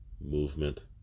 movement